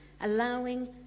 allowing